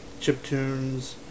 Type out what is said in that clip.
chiptunes